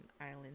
island